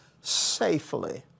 safely